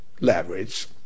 leverage